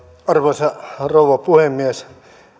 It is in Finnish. arvoisa rouva puhemies minä